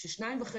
שהם בתוך הקופות.